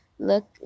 look